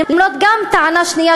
למרות טענה שנייה,